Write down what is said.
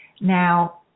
Now